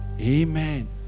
Amen